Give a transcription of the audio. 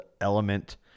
Element